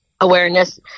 awareness